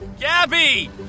Gabby